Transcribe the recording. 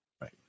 right